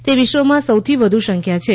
તે વિશ્વમાં સૌથી વધુ સંખ્યા છે